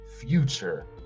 future